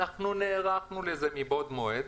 ואנחנו נערכנו לזה מבעוד מועד.